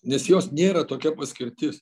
nes jos nėra tokia paskirtis